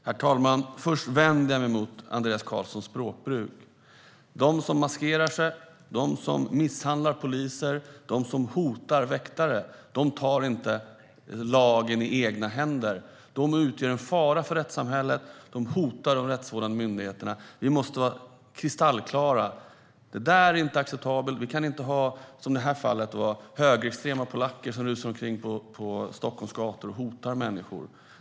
Herr talman! Först vänder jag mig emot Andreas Carlsons språkbruk. De som maskerar sig, misshandlar poliser och hotar väktare tar inte lagen i egna händer. De utgör en fara för rättssamhället och de rättsvårdande myndigheterna. Vi måste vara kristallklara över att detta inte är acceptabelt. Vi kan inte ha - som i det här fallet - högerextrema polacker som rusar omkring på Stockholms gator och hotar människor.